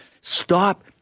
Stop